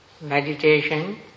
meditation